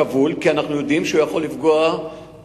הוא כבול כי אנחנו יודעים שהוא יכול לפגוע בעצמו,